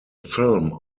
film